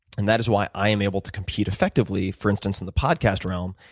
and that is why i am able to compete effectively, for instance in the podcast realm,